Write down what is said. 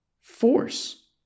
force